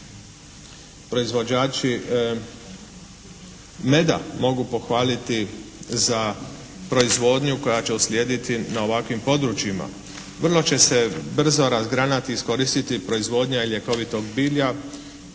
proizvođači meda mogu pohvaliti za proizvodnju koja će uslijediti na ovakvim područjima. Vrlo će se brzo razgranati i iskoristiti proizvodnja i ljekovitog bilja